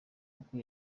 uko